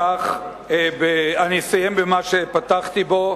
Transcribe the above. אסיים במה שפתחתי בו.